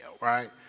Right